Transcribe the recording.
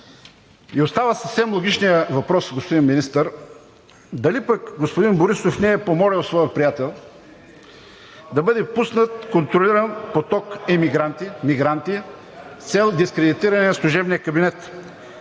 Остава съвсем логичният въпрос, господин Министър: дали пък господин Борисов не е помолил своя приятел да бъде пуснат контролиран поток мигранти, с цел дискредитиране на служебния кабинет?